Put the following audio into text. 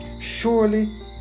Surely